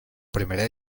primera